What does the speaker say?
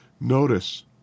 Notice